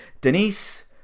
Denise